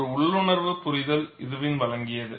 ஒரு உள்ளுணர்வு புரிதல் இர்வின் வழங்கியது